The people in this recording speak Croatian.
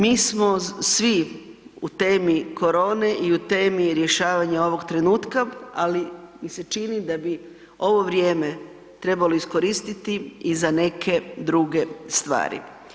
Mi smo svi u temu korone i u temi rješavanja ovog trenutka, ali mi se čini da bi ovo vrijeme trebalo iskoristiti i za neke druge stvari.